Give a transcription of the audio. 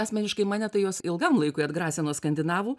asmeniškai mane tai jos ilgam laikui atgrasė nuo skandinavų